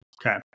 Okay